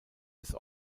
des